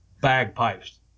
bagpipes